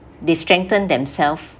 they strengthen themselves